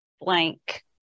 blank